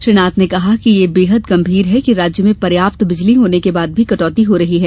श्री नाथ ने कहा कि यह बेहद गंभीर है कि राज्य में पर्याप्त बिजली होने के बाद भी कटौती हो रही है